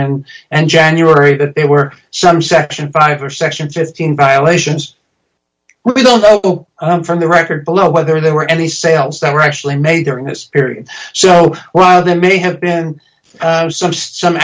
end and january that there were some section five or section fifteen violations well we don't know i'm from the record below whether there were any sales that were actually made during this period so while there may have been some s